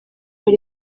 hari